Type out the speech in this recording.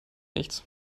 nichts